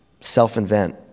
Self-invent